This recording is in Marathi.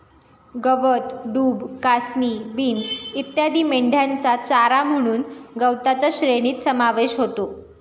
गवत, डूब, कासनी, बीन्स इत्यादी मेंढ्यांचा चारा म्हणून गवताच्या श्रेणीत समावेश होतो